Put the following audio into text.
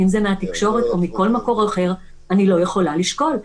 מהתקשורת או מכל מקור אחר אני לא יכולה לשקול.